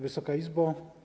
Wysoka Izbo!